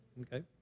Okay